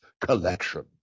collection